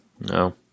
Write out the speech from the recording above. No